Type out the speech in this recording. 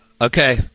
Okay